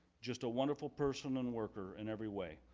just a wonderful person and worker in every way,